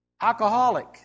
alcoholic